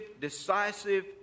decisive